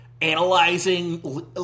analyzing